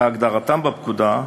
כהגדרתם בפקודה,